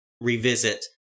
revisit